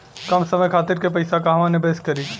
कम समय खातिर के पैसा कहवा निवेश करि?